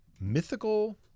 Mythical